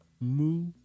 Moo